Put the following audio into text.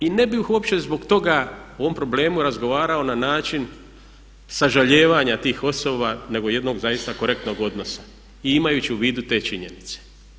I ne bih uopće zbog toga o ovom problemu razgovarao na način sažalijevanja tih osoba nego jednog zaista korektnog odnosa i imajući u vidu te činjenice.